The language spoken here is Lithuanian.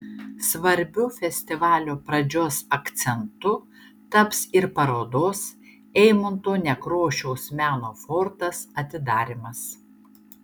svarbiu festivalio pradžios akcentu taps ir parodos eimunto nekrošiaus meno fortas atidarymas